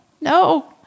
no